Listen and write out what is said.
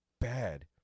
bad